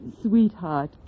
Sweetheart